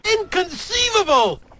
Inconceivable